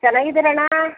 ಚೆನ್ನಾಗಿದ್ದೀರಾಣ್ಣ